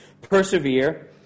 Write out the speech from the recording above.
persevere